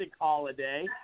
holiday